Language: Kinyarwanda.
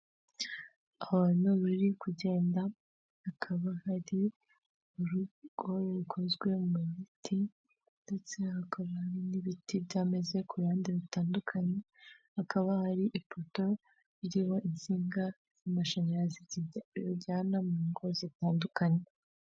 Abantu barimo kugenda hakaba urugo rukozwe mu biti, ndetse hakaba n'ibiti byameze ku ruhande rutandukanye, hakaba hari ifoto irimo insinga z'amashanyarazi irujyana mu ngo zitandukanye.